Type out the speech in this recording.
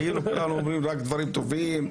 מיקרוסופט בעצמה הבינה.